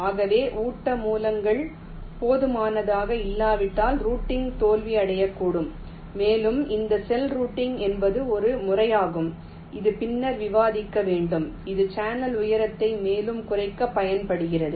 ஆகவே ஊட்ட மூலங்கள் போதுமானதாக இல்லாவிட்டால் ரூட்டிங் தோல்வியடையக்கூடும் மேலும் இந்த செல் ரூட்டிங் என்பது ஒரு முறையாகும் இது பின்னர் விவாதிக்க வேண்டும் இது சேனல் உயரத்தை மேலும் குறைக்க பயன்படுகிறது